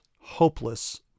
hopeless